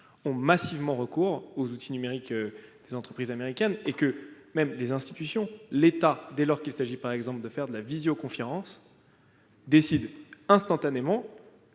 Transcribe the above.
ont massivement recours aux outils numériques des entreprises américaines. Même l'État, dès lors qu'il s'agit par exemple d'organiser des visioconférences, décide instantanément-